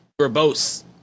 verbose